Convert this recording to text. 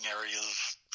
areas